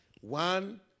One